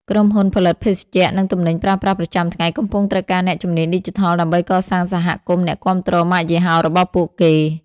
ក្រុមហ៊ុនផលិតភេសជ្ជៈ និងទំនិញប្រើប្រាស់ប្រចាំថ្ងៃ កំពុងត្រូវការអ្នកជំនាញឌីជីថលដើម្បីកសាងសហគមន៍អ្នកគាំទ្រម៉ាកយីហោរបស់ពួកគេ។